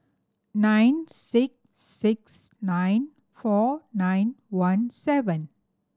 nine six six nine four nine one seven